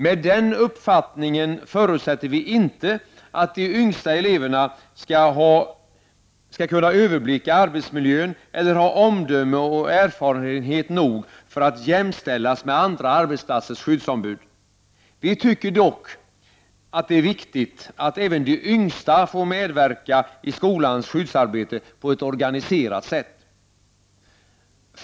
Med den uppfattningen förutsätter vi inte att de yngsta eleverna skall kunna överblicka arbetsmiljön eller ha omdöme och erfarenhet nog för att jämställas med andra arbetsplatsers skyddsombud. Vi tycker dock att det är viktigt att även de yngsta får medverka i skolans skyddsarbete på ett organiserat sätt.